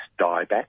dieback